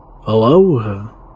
hello